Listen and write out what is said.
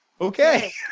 okay